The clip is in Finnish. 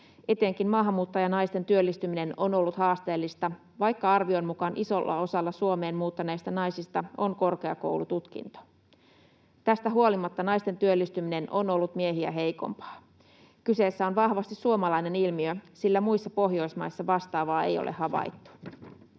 Etenkin maahanmuuttajanaisten työllistyminen on ollut haasteellista, vaikka arvion mukaan isolla osalla Suomeen muuttaneista naisista on korkeakoulututkinto. Tästä huolimatta naisten työllistyminen on ollut miehiä heikompaa. Kyseessä on vahvasti suomalainen ilmiö, sillä muissa Pohjoismaissa vastaavaa ei ole havaittu.